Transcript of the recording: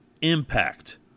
impact